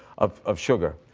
of of sugar.